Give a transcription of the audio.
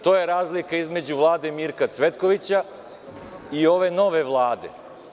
To je razlika između Vlade Mirka Cvetkovića i ove nove Vlade.